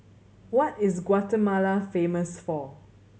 what is Guatemala famous for